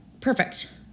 Perfect